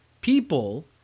people